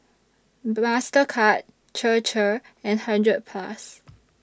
Mastercard Chir Chir and hundred Plus